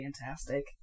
fantastic